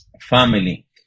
family